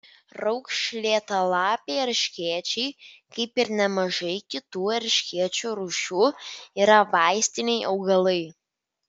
raukšlėtalapiai erškėčiai kaip ir nemažai kitų erškėčių rūšių yra vaistiniai augalai